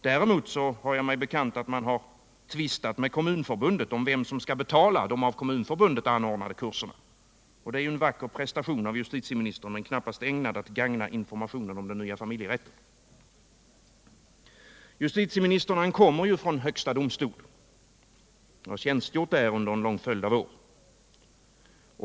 Däremot har jag mig bekant att man i departementet har tvistat med Kommunförbundet om vem som skall betala de av Kommunförbundet anordnade kurserna. Det är ju en vacker prestation av justitieministern men knappast ägnad att gagna informationen om den nya familjerätten. Justitieministern kommer från högsta domstolen, där han tjänstgjort under en lång följd av år.